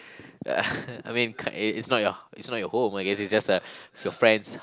I mean it's it's not your it's not your home I guess it's just a it's your friend's